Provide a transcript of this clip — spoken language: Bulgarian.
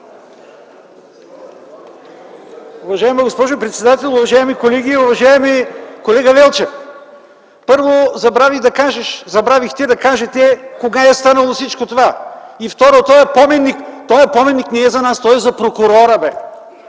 Уважаема госпожо председател, уважаеми колеги! Уважаеми колега Велчев, първо, забравихте да кажете кога е станало всичко това и, второ - този поменик не е за нас. Той е за прокурора, бе.